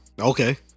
Okay